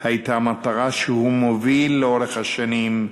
היה מטרה שהוא מוביל לאורך השנים,